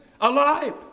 alive